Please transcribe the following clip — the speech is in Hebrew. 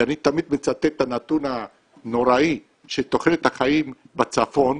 ואני תמיד מצטט את הנתון הנוראי שתוחלת החיים בצפון,